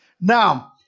Now